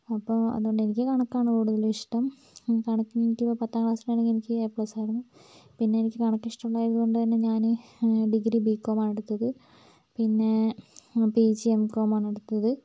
അപ്പോൾ അതോണ്ടെനിക്ക് കണക്കാണ് കൂടുതലും ഇഷ്ട്ടം കണക്കിനെനിക്കിപ്പോൾ പത്താം ക്ലാസ്സിലാണെങ്കിൽ എനിക്ക് എ പ്ലസ് ആയിരുന്നു പിന്നെ എനിക്ക് കണക്ക് ഇഷ്ടമുണ്ടായതോണ്ടുതന്നെ ഞാൻ ഡിഗ്രി ബികോമാണ് എടുത്തത് പിന്നെ പി ജി എംകോമാണ് എടുത്തത്